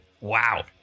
wow